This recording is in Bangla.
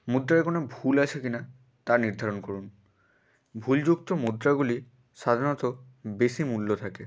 মুদ্রায় কোনো ভুল আছে কি না তা নির্ধারণ করুন ভুলযুক্ত মুদ্রাগুলি সাধারণত বেশি মূল্য থাকে